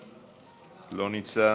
לא נמצא,